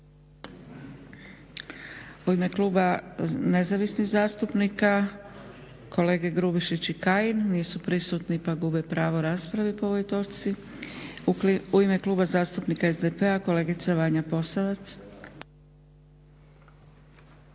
U ime Kluba nezavisnih zastupnika kolega Grubišić i Kajin nisu prisutni pa gube pravo rasprave po ovoj točci. U ime Kluba zastupnika SDP-a kolegica Vanja Posavac.